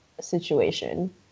situation